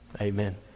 Amen